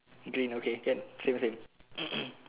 okay no K can same same